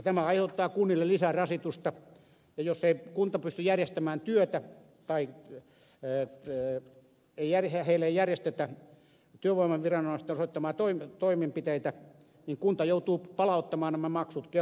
tämä aiheuttaa kunnille lisärasitusta ja jos kunta ei pysty järjestämään työtä tai heille ei järjestetä työvoimaviranomaisten osoittamia toimenpiteitä niin kunta joutuu palauttamaan nämä maksut kelalle